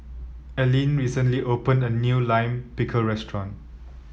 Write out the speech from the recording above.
Aline recently open a new Lime Pickle restaurant